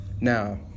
Now